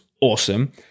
awesome